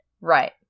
Right